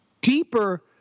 deeper